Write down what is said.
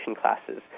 classes